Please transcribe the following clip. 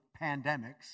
pandemics